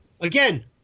Again